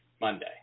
Monday